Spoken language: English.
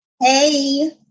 Hey